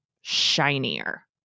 shinier